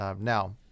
Now